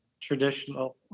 traditional